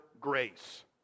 grace